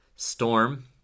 Storm